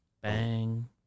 Bang